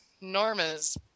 Norma's